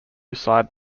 side